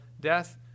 death